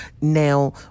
Now